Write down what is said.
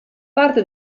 parte